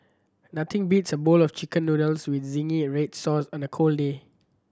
nothing beats a bowl of Chicken Noodles with zingy red sauce on a cold day